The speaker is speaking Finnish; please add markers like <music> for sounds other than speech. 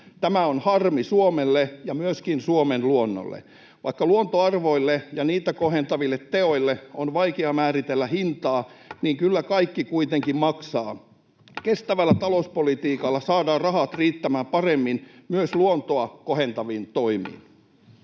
Tämä on harmi Suomelle ja myöskin Suomen luonnolle. Vaikka luontoarvoille ja niitä kohentaville teoille on vaikea määritellä hintaa, niin kyllä kaikki kuitenkin maksaa. <noise> Kestävällä talouspolitiikalla saadaan rahat riittämään paremmin myös luontoa kohentaviin toimiin.